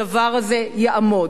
הדבר הזה יעמוד.